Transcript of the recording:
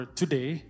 today